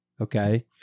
Okay